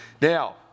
Now